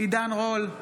עידן רול,